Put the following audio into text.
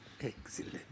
excellent